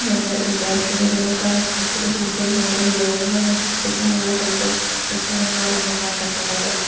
നമ്മൾ വിചാരിക്കുന്നതിനേക്കാൾ ഒത്തിരി കൂടുതൽ വേറൊരു ലോകം തന്നെ സൃഷ്ട്ടിക്കാൻ ഉള്ള കെൽപ്പ് ഫിക്ഷൻ എന്നുപറയുന്ന ജെനറക്കുണ്ടല്ലോ സൊ